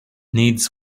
needs